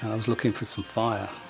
i was looking for some fire